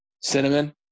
Cinnamon